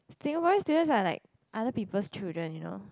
Singaporean students are like other people's children you know